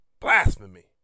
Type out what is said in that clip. Blasphemy